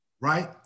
right